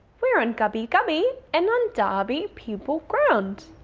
we are on gubbi gubbi and undabi people ground.